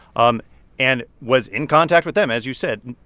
um and was in contact with them, as you said,